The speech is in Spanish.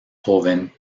joven